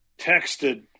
texted